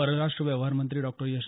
परराष्ट्र व्यवहार मंत्री डॉक्टर एस